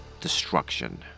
destruction